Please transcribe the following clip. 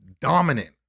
dominant